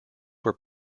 were